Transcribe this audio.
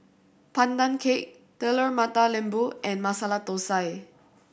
Pandan Cake Telur Mata Lembu and Masala Thosai